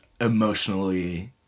emotionally